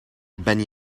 ben